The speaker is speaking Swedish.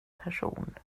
person